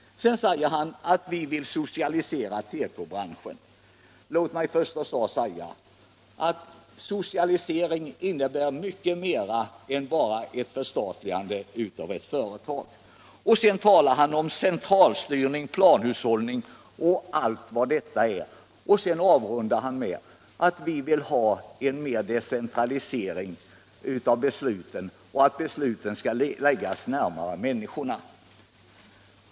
Han säger vidare att vi vill socialisera tekobranschen. Låt mig då först säga att socialisering innebär mycket mer än bara ett förstatligande av ett företag. Sedan talar han om centralstyrning, planhushållning och allt detta, och han avrundar med att han vill ha mer decentralisering av besluten, så att besluten skall läggas närmare människorna.